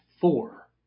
four